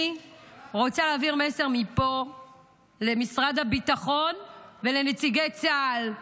אני רוצה להעביר מסר מפה למשרד הביטחון ולנציגי צה"ל.